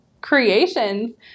creations